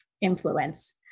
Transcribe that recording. influence